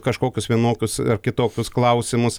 kažkokius vienokius ar kitokius klausimus